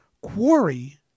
Quarry